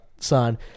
son